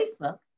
Facebook